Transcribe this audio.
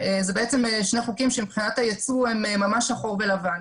אלה בעצם שני חוקים שמבחינת היצוא הם ממש שחור ולבן.